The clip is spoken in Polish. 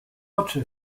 oczy